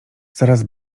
zaraz